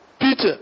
Peter